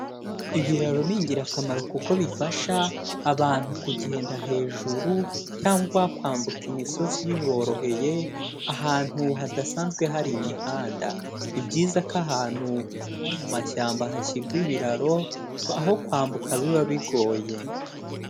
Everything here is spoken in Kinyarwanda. Ibiraro ni ingirakamaro kuko bifasha abantu kugenda hejuru cyangwa kwambuka imisozi biboroheye ahantu hadasanzwe hari imihanda. Ni byiza ko ahantu nko mu mashyamba hashyirwa ibiraro, aho kwambuka biba bigoye.